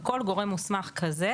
וכל גורם מוסמך כזה,